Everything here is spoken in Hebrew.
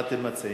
מה אתם מציעים?